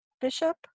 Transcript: Bishop